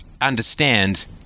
understand